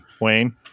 Wayne